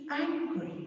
angry